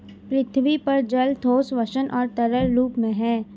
पृथ्वी पर जल ठोस, वाष्प और तरल रूप में है